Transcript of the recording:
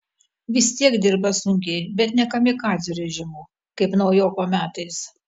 vis tiek dirba sunkiai bet ne kamikadzių režimu kaip naujoko metais